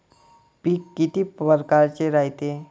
पिकं किती परकारचे रायते?